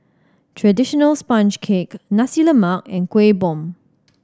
traditional sponge cake Nasi Lemak and Kuih Bom